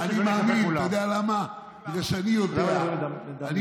אבל תחשוב כמה